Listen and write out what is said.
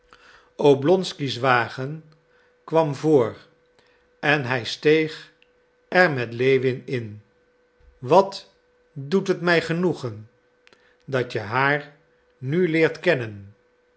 oblonky's wagen kwam voor en hij steeg er met lewin in wat doet het mij genoegen dat je haar nu leert kennen